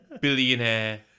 billionaire